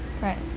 Right